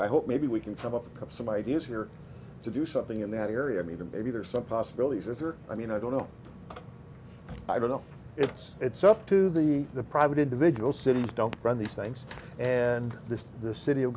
i hope maybe we can come up with some ideas here to do something in that area i mean maybe there are some possibilities is there i mean i don't know i don't know if it's it's up to the the private individual cities don't run these things and this the city of